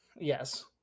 Yes